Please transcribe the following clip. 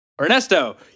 Ernesto